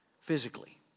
physically